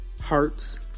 hearts